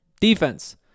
Defense